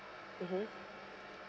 mmhmm